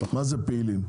מה זה "פעילים"?